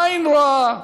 עין רואה